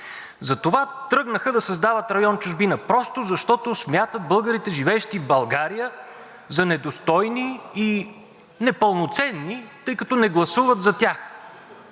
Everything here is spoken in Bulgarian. затова тръгнаха да създават район „Чужбина“ просто защото смятат българите, живеещи в България, за недостойни и непълноценни, тъй като не гласуват за тях.